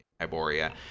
Iboria